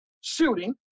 shooting